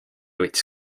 võttis